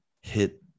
hit